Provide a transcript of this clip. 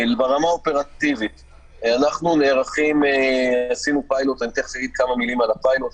ברמה האופרטיבית עשינו פיילוט תיכף אני אגיד כמה מילים על הפיילוט,